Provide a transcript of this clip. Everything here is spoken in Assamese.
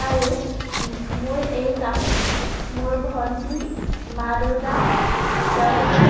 আৰু মোৰ এই কাম মোৰ ভণ্টি মা দেউতা তেওঁলোকে